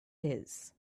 his